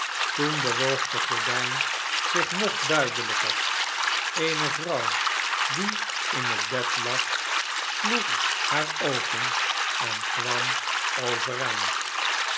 bewoog de gordijn zich nog duidelijker eene vrouw die in het bed lag sloeg haar open en kwam overeind